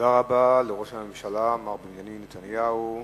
תודה רבה לראש הממשלה מר בנימין נתניהו.